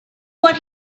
what